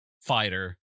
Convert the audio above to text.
fighter